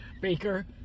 Baker